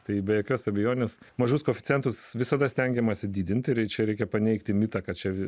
tai be jokios abejonės mažus koeficientus visada stengiamasi didinti ir čia reikia paneigti mitą kad čia